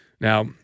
Now